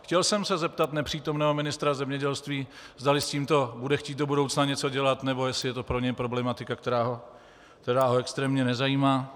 Chtěl jsem se zeptat nepřítomného ministra zemědělství, zdali s tímto bude chtít do budoucna něco dělat, nebo jestli je to pro něj problematika, která ho extrémně nezajímá.